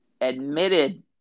admitted